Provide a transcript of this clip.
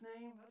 name